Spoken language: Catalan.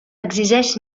exigeix